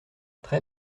très